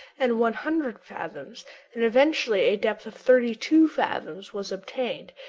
and one hundred fathoms and eventually a depth of thirty two fathoms was obtained,